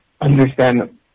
understand